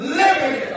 living